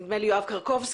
נדמה לי יואב קרקובסקי,